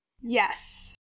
Yes